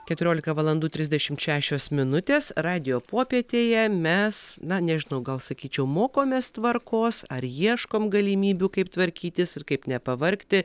keturiolika valandų trisdešimt šešios minutės radijo popietėje mes na nežinau gal sakyčiau mokomės tvarkos ar ieškom galimybių kaip tvarkytis ir kaip nepavargti